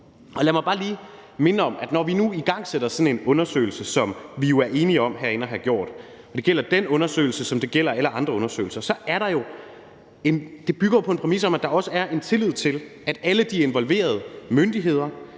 Lad mig bare lige minde om, at når vi nu igangsætter sådan en undersøgelse, som vi jo er enige om herinde at have gjort – og det gælder den undersøgelse, som det gælder alle andre undersøgelser – så bygger det jo på en præmis om, at der også er en tillid til, at alle de involverede myndigheder